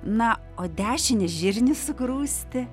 na o dešine žirnį sugrūsti